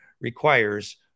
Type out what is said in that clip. requires